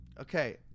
Okay